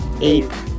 eight